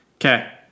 Okay